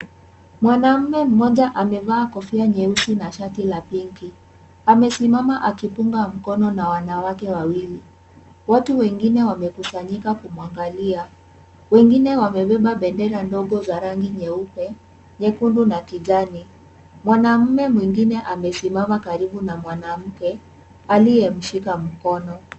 Mwanamume mmoja amevaa kofia nyeusi na shati la pinki. Amesimama akipunga mkono na wanawake wawili. Watu wengine wamekusanyika kumwangalia. Wengine wamebeba bendera ndogo za rangi nyeupe, nyekundu na kijani. Mwanamume mwingine amesimama karibu na mwanamke aliyemshika mkono.